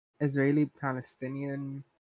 israeli-palestinian